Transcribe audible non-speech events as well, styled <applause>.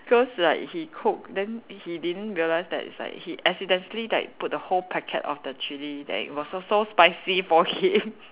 cause like he cook then he didn't realise that it's like he accidentally like put the whole packet of the chili that it was so so spicy for him <laughs>